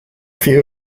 few